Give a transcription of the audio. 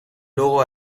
loro